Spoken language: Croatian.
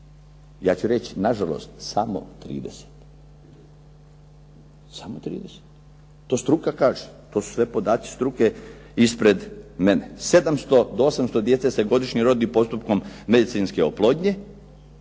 Ja ću reći nažalost samo 30. Samo 30. To struka kaže. To su sve podaci struke ispred mene. 700 do 800 djece se godišnje rodi postupkom medicinske oplodnje,